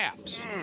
apps